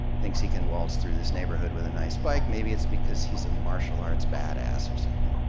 thinks he can waltz through this neighborhood with a nice bike, maybe it's because he's a martial arts badass or something.